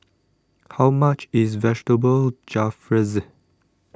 how much is Vegetable Jalfrezi